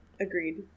Agreed